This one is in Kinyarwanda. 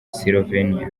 slovenia